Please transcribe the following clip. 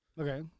Okay